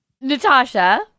Natasha